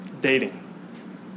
Dating